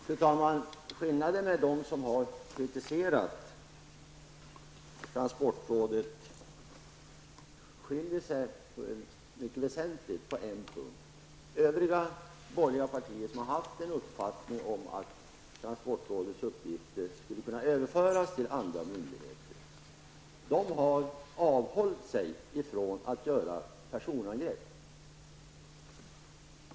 Fru talman! De olika grupper som har kritiserat transportrådet skiljer sig på en mycket väsentlig punkt. De borgerliga partierna har haft uppfatt ningen att transportrådets uppgifter skulle kunna överföras på andra myndigheter. De har avhållit sig från att göra personangrepp.